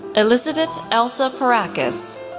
elizabeth elsa perakis,